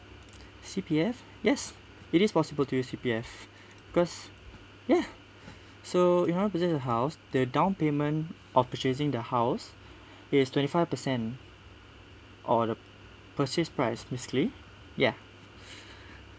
C_P_F yes it is possible to use C_P_F because ya so in hundred of the house the down payment of purchasing the house is twenty five percent or the purchase price basically ya